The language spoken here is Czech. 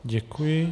Děkuji.